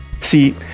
See